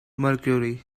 mercury